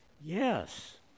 yes